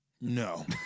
No